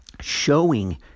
showing